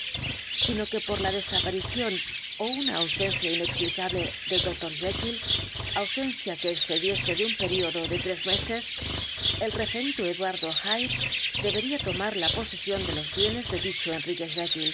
sino que por la desaparición ó una ausencia inexplicable del dr jekyll ausencia que excediese de un período de tres meses el referido eduardo hyde debería tomar posesión de los bienes de dicho enrique